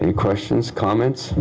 any questions comments